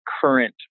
current